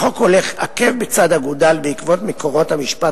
החוק הולך עקב בצד אגודל בעקבות מקורות המשפט